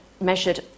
measured